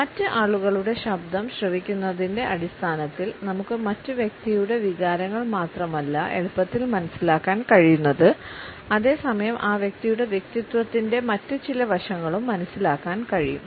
മറ്റ് ആളുകളുടെ ശബ്ദം ശ്രവിക്കുന്നതിന്റെ അടിസ്ഥാനത്തിൽ നമുക്ക് മറ്റ് വ്യക്തിയുടെ വികാരങ്ങൾ മാത്രമല്ല എളുപ്പത്തിൽ മനസിലാക്കാൻ കഴിയുന്നത് അതേ സമയം ആ വ്യക്തിയുടെ വ്യക്തിത്വത്തിന്റെ മറ്റ് ചില വശങ്ങളും മനസിലാക്കാൻ കഴിയും